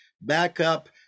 backup